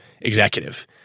executive